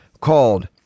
called